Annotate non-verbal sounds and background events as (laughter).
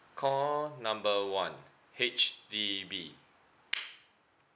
call number one H_D_B (noise)